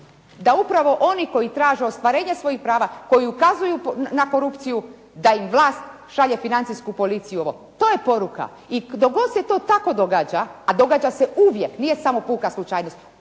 da upravo oni koji traže ostvarenje svojih prava, koji ukazuju na korupciju da im vlast šalje financijsku policiju, to je poruka. I dok god se to tako događa, a događa se uvijek, nije samo puka slučajnost,